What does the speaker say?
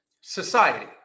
society